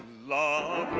law.